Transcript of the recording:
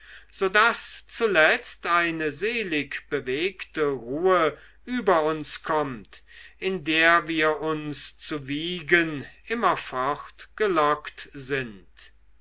daß zuletzt eine selig bewegte ruhe über uns kommt in der wir uns zu wiegen immerfort gelockt sind